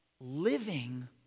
living